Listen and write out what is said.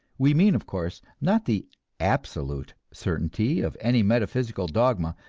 we mean, of course, not the absolute certainty of any metaphysical dogma,